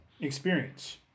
experience